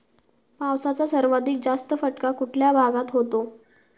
पावसाचा सर्वाधिक जास्त फटका कुठल्या भागात होतो?